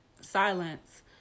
silence